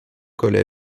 collège